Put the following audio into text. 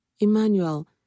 Emmanuel